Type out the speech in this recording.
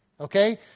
okay